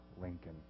Lincoln